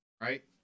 Right